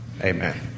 Amen